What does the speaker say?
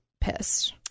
pissed